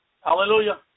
Hallelujah